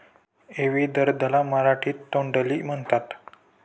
इवी गर्द ला मराठीत तोंडली म्हणतात